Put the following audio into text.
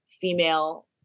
female